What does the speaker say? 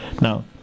Now